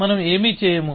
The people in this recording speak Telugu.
మనం ఏమీ చేయము